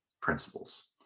principles